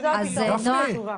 זה הפתרון.